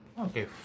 Okay